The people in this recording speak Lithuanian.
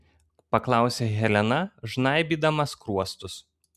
paklausė helena žnaibydama skruostus